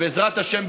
ובעזרת השם,